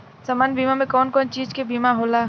सामान्य बीमा में कवन कवन चीज के बीमा होला?